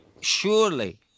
surely